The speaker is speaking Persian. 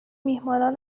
میهمانان